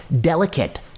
delicate